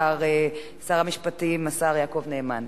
וכעת לתשובת השר, שר המשפטים, השר יעקב נאמן.